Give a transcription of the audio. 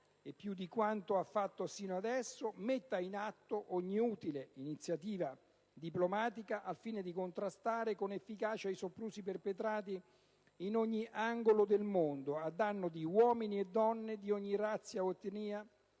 più di quanto ha fatto sino ad ora, metta in atto «ogni utile iniziativa diplomatica al fine di contrastare con efficacia i soprusi perpetrati, in ogni angolo del mondo, a danno di uomini e donne di ogni razza o etnia,